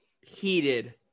heated